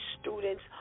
students